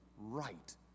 right